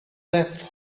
left